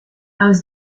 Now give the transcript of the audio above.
aus